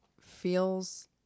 feels